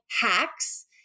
hacks